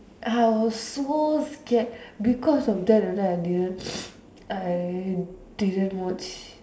I was so scared because of that that time I didn't I didn't watch